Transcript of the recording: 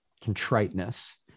contriteness